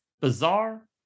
Bizarre